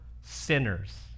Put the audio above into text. Sinners